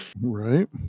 Right